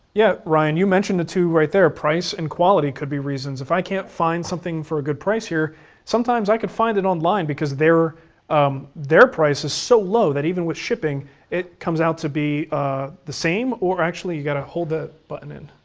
yeah, ryan, you mentioned the two right there. price and quality could be reasons. if i can't find something for a good price here sometimes i could find it online because their um price is so low that even with shipping it comes out to be ah the same. actually, you got to hold the button in.